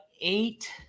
eight